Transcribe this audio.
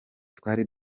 twari